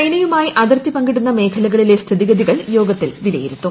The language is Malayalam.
ചൈനയുമായി അതിർത്തി പങ്കിടുന്ന മേഖലകളിലെ സ്ഥിതിഗതി കൾ യോഗത്തിൽ വിലയിരുത്തും